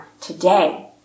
today